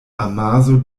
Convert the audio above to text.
amaso